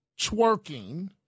twerking